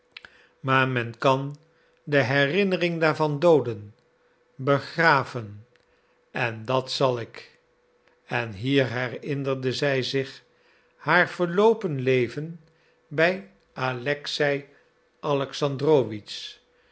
maar men kan de herinnering daarvan dooden begraven en dat zal ik en hier herinnerde zij zich haar verloopen leven bij alexei